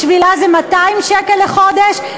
בשבילה זה 200 שקל לחודש,